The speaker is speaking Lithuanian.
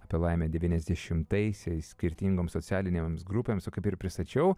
apie laimę devyniasdešimtaisiais skirtingoms socialinėms grupėms kaip ir pristačiau